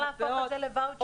אפשר להפוך את זה לוואוצ'ר.